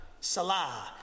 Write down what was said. Salah